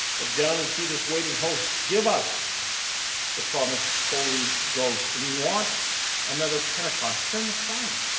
look down and see this waiting host give us the promised holy ghost. we want another pentecost, send the fire.